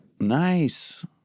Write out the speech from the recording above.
Nice